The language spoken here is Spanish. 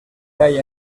halla